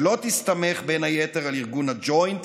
ולא תסתמך בין היתר על ארגון הג'וינט